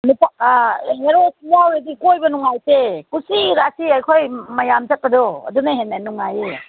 ꯅꯨꯄꯥ ꯑꯥ ꯍꯦꯔꯣꯁꯨ ꯌꯥꯎꯔꯗꯤ ꯀꯣꯏꯕ ꯅꯨꯡꯉꯥꯏꯇꯦ ꯀꯨꯁꯤ ꯔꯥꯁꯤ ꯑꯩꯈꯣꯏ ꯃꯌꯥꯝ ꯆꯠꯄꯗꯣ ꯑꯗꯨꯅ ꯍꯦꯟꯅ ꯅꯨꯡꯉꯥꯏꯌꯦ